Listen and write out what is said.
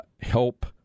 help